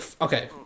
Okay